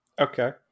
Okay